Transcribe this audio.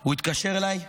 הוא התקשר אליי בוכה.